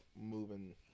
moving